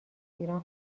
ایران